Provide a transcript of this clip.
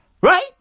Right